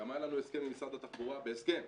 גם היה לנו הסכם עם משרד התחבורה שחיילי